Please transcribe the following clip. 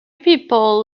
people